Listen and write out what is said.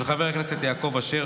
של חבר הכנסת יעקב אשר,